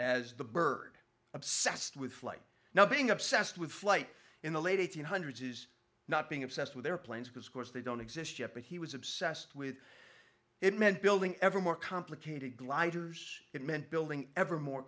as the bird obsessed with flight now being obsessed with flight in the late eight hundred says not being obsessed with airplanes because of course they don't exist yet but he was obsessed with it meant building ever more complicated gliders it meant building ever more